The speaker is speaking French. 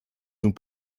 nous